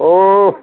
औ